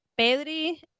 Pedri